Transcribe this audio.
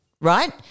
right